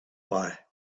why